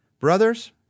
Brothers